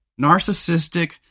narcissistic